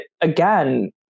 again